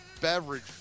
beverage